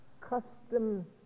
custom